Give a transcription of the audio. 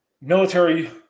military